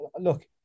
look